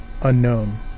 Unknown